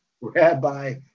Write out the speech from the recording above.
rabbi